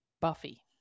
Buffy